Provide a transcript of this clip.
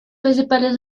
principales